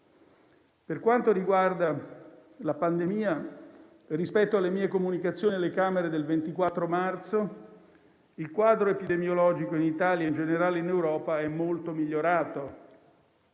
Per quanto riguarda la pandemia, rispetto alle mie comunicazioni alle Camere del 24 marzo scorso, il quadro epidemiologico in Italia - e in generale in Europa - è molto migliorato.